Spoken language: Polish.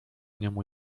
niemu